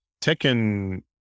taken